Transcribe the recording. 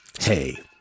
Hey